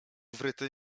wryty